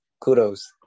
kudos